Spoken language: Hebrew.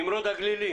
נמרוד הגלילי,